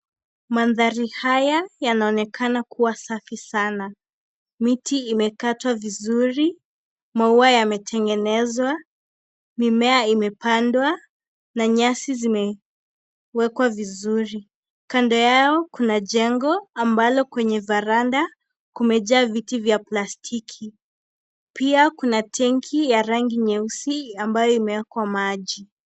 Mandhari haya yanaonekana kuwa safi sana ,miti imekatwa vizuri ,maua yametengenezwa ,mimea imepandwa na nyasi zimewekwa vizuri kando yao kuna jengo ambalo kwenye faranda kumejaa viti vya plastiki, pia kuna tenki ya rangi nyeusi ambayo imewekwa maji.